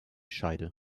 scheide